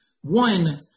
One